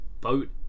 Boat